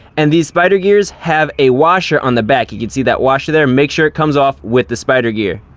and these spider gears have a washer on the back. you can see that washer there, make sure it comes off with the spider gear.